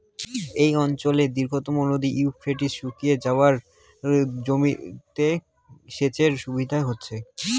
এই অঞ্চলের দীর্ঘতম নদী ইউফ্রেটিস শুকিয়ে যাওয়ায় জমিতে সেচের অসুবিধে হচ্ছে